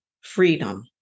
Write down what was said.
freedom